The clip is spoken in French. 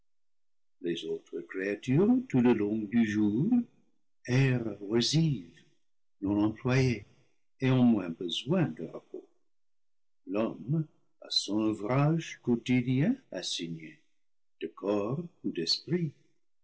les autres créatures tout le long du jour errent oisives non em ployées et ont moins besoin de repos l'homme a son ou vrage quotidien assigné de corps ou d'esprit